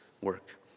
work